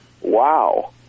wow